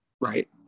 Right